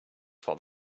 for